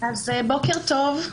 בוקר טוב,